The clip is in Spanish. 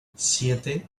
siete